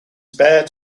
spare